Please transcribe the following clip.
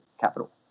capital